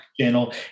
channel